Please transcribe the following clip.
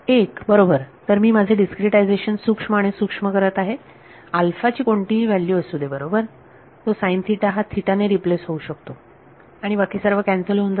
1 बरोबर तसे मी माझे डीस्क्रीटायझेशन सूक्ष्म आणि सूक्ष्म करत आहे अल्फा ची कोणतीही व्हॅल्यू असु दे बरोबर तो साइन थीटा हा थीटा ने रिप्लेस होऊ शकतो आणि बाकी सर्व कॅन्सल होऊन जाईल